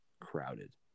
crowded